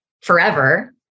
forever